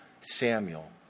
Samuel